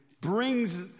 brings